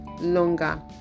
longer